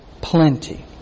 plenty